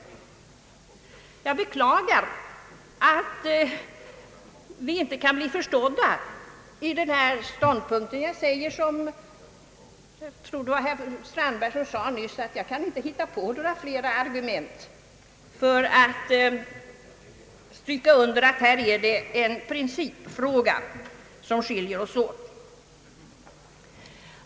Jag beklagar att vår ståndpunkt inte kan bli förstådd. Jag säger som herr Strandberg nyss sade, jag inte kan hitta på några fler argument för att stryka under att det är en principfråga som skiljer oss åt.